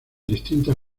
distintas